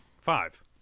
Five